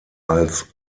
als